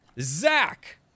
Zach